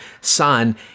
son